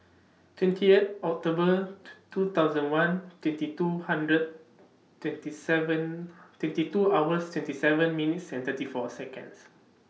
twenty eight October two two thousand one twenty two hundred twenty seven twenty two hours twenty seven minutes thirty four Seconds